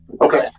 okay